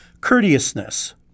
Courteousness